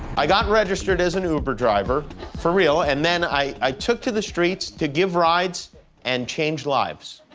i got registered as an uber driver for real and then i took to the streets to give rides and change lives.